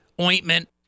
ointment